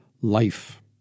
life